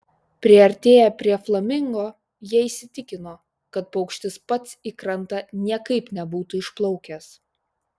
priartėję prie flamingo jie įsitikino kad paukštis pats į krantą niekaip nebūtų išplaukęs